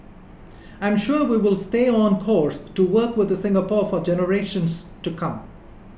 I'm sure we will stay on course to work with Singapore for generations to come